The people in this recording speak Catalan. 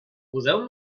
poseu